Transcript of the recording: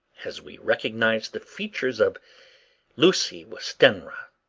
as we recognised the features of lucy westenra.